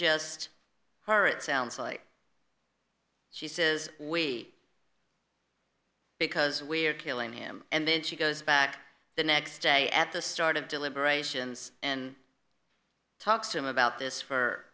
her it sounds like she says wait because we're killing him and then she goes back the next day at the start of deliberations and talks to him about this for